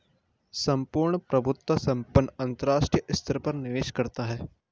सम्पूर्ण प्रभुत्व संपन्न अंतरराष्ट्रीय स्तर पर निवेश करता है